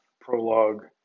Prologue